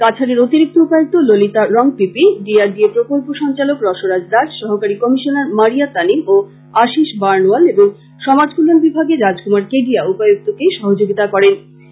কাছাড়ের অতিরিক্ত উপায়ুক্ত Lalita Rongpipi D R D A প্রকল্প সঞ্চালক রসরাজ দাস সহকারী কমিশনার মারিয়া তানিম ও আশিষ বার্ণওয়াল এবং সমাজকল্যাণ বিভাগের রাজকুমার কেডিয়া উপায়ুক্তকে সহযোগীতা করেন